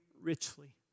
richly